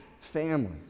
families